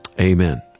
Amen